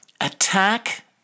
Attack